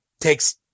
takes